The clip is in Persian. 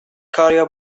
کاریو